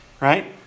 Right